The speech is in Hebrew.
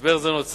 משבר זה נוצר,